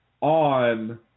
on